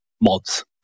mods